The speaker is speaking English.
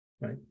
right